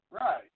Right